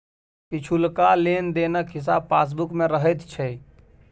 पिछुलका लेन देनक हिसाब पासबुक मे रहैत छै